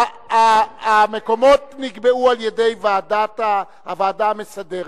המקומות נקבעו על-ידי הוועדה המסדרת,